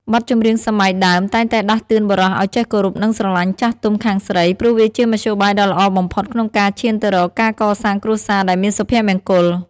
បទចម្រៀងសម័យដើមតែងតែដាស់តឿនបុរសឱ្យចេះគោរព និងស្រឡាញ់ចាស់ទុំខាងស្រី ព្រោះវាជាមធ្យោបាយដ៏ល្អបំផុតក្នុងការឈានទៅរកការកសាងគ្រួសារដែលមានសុភមង្គល។